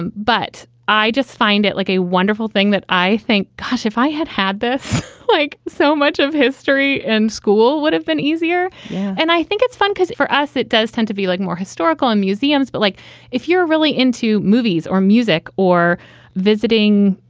um but i just find it like a wonderful thing that i think, gosh, if i had had this book, like so much of history in school would have been easier and i think it's fun because for us it does tend to be like more historical in museums but like if you're really into movies or music or visiting,